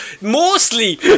mostly